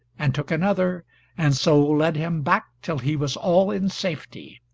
and took another and so led him back till he was all in safety.